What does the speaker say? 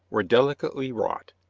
were delicately wrought,